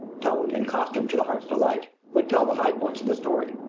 toned and costumed to the heart's delight, would tell the high points of the story.